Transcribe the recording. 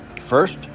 First